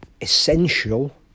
essential